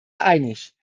einig